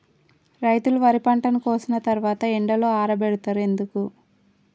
రైతులు వరి పంటను కోసిన తర్వాత ఎండలో ఆరబెడుతరు ఎందుకు?